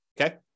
okay